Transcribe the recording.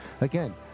Again